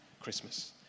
Christmas